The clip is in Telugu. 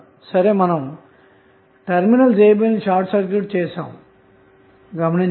సరే మనము టెర్మినల్స్ a b లను షార్ట్ సర్క్యూట్ చేసాము గమనించండి